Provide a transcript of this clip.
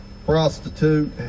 Prostitute